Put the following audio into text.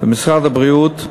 משרד הבריאות.